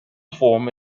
form